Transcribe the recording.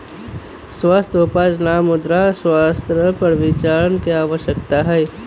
स्वस्थ उपज ला मृदा स्वास्थ्य पर विचार करे के आवश्यकता हई